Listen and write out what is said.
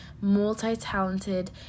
multi-talented